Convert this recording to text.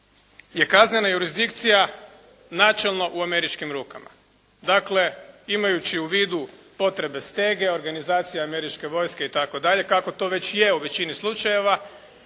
je kaznena jurisdikcija načelno u američkim rukama. Dakle imajući u vidu potrebe stege, organizacije američke vojske i tako dalje kako to već je u većini slučajeva